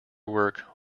work